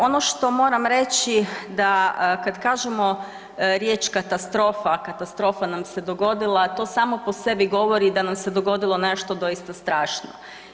Ono što moram reći da kad kažemo riječ katastrofa, a katastrofa nam se dogodila to samo po sebi govori da nam se dogodilo nešto doista strašno.